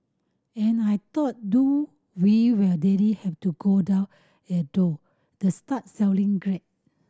and I thought do we really have to go down to start selling grade